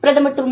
பிரதமர் திரு